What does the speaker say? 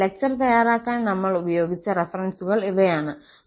അതിനാൽ ലെക്ചർ തയ്യാറാക്കാൻ നമ്മൾ ഉപയോഗിച്ച റഫറൻസുകൾ ഇവയാണ്